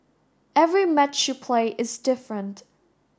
every match you play is different